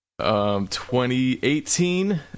2018